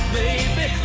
baby